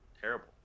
terrible